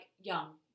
young